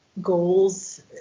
goals